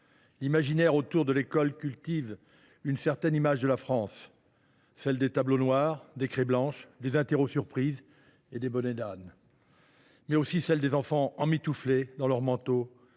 l’imaginaire autour de l’école cultive une certaine image de la France : celle des tableaux noirs et des craies blanches, des interros surprises et des bonnets d’âne, bien sûr, mais aussi celle des enfants emmitouflés dans leurs manteaux,